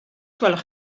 gwelwch